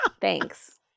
thanks